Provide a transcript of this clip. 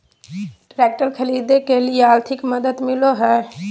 Tractor खरीदे के लिए आर्थिक मदद मिलो है?